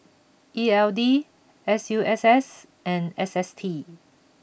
E L D S U S S and S S T